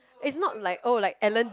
it's not like oh like Alan